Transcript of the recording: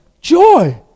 joy